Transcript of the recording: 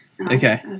Okay